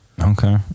okay